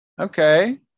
okay